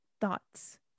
Thoughts